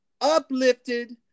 uplifted